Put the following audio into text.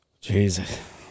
Jesus